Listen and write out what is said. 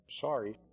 Sorry